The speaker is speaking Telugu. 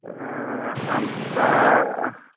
అంతా